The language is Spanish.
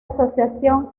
asociación